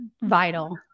vital